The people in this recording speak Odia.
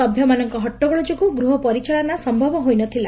ସଭ୍ୟମାନଙ୍ଙ ହଟଗୋଳ ଯୋଗୁଁ ଗୃହ ପରିଚାଳନା ସମ୍ମବ ହୋଇନଥିଲା